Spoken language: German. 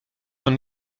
von